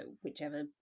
whichever